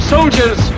Soldiers